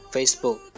Facebook